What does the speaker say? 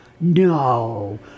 No